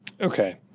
Okay